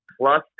plus